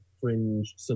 fringe